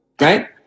Right